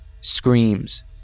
Screams